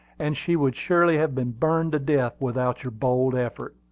and she would surely have been burned to death without your bold effort.